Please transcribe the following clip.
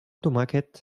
tomàquet